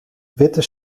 witte